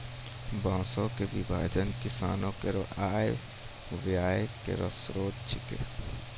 बांसों क विभाजन किसानो केरो आय व्यय केरो स्रोत छिकै